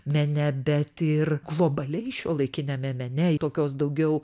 mene bet ir globaliai šiuolaikiniame mene tokios daugiau